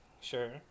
Sure